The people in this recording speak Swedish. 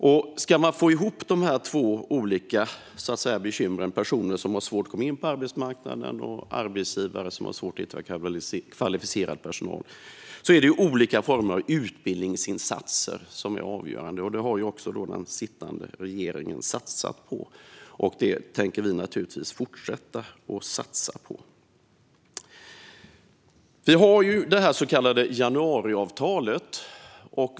Om vi ska få ihop de två olika bekymren, att det finns personer som har svårt att komma in på arbetsmarknaden och att arbetsgivare har svårt att hitta kvalificerad personal, är olika former av utbildningsinsatser avgörande. Detta har den sittande regeringen satsat på, och det tänker vi fortsätta att göra. Vi har det så kallade januariavtalet.